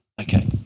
Okay